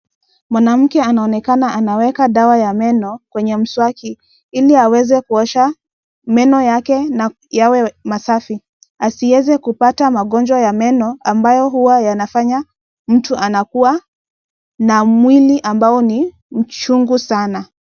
Mwanamke anaonekana anaweka dawa ya meno kwenye mswaki ili aweze kuosha meno yake na yawe masafi asiweze kupata magonjwa ya meno ambayo huwa yanafanya mtu anakuwa na mwili ambao ni mchungu sana.